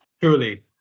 Truly